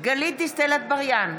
גלית דיסטל אטבריאן,